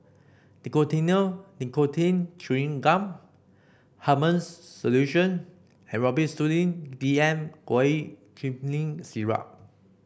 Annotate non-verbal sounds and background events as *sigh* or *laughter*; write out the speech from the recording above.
Nicotinell Nicotine Chewing Gum Hartman's Solution and Robitussin D M *unintelligible* Syrup